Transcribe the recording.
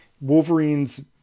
Wolverine's